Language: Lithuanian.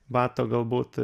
bato galbūt